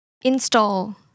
Install